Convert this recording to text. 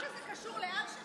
אתה חושב שזה קשור לאלשיך,